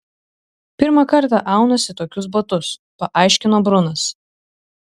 pirmą kartą aunuosi tokius batus paaiškino brunas